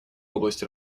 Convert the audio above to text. области